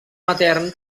matern